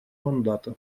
мандата